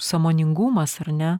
sąmoningumas ar ne